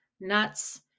nuts